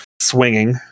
swinging